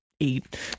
eight